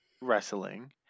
wrestling